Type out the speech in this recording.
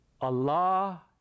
Allah